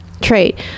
trait